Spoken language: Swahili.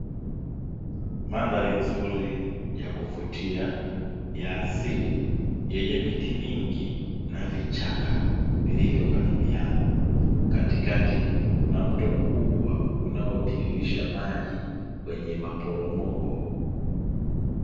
Mandhari nzuri ya kuvutia ya asili, yenye miti mingi na vichaka vilivyokaribiana, katikati kuna mto mkubwa unaotiririsha maji kwenye maporomoko.